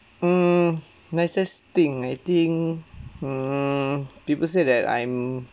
mm nicest thing I think mm people said that I'm